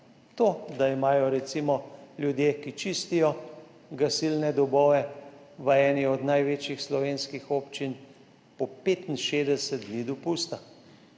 To, da imajo recimo ljudje, ki čistijo gasilne domove v eni od največjih slovenskih občin, po 65 dni dopusta,